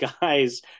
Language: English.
guy's